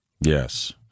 Yes